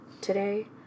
today